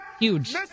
Huge